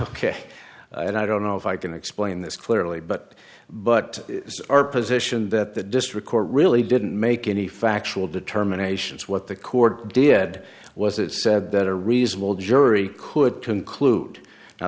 ok i don't know if i can explain this clearly but but it's our position that the district court really didn't make any factual determinations what the court did was it said that a reasonable jury could conclude now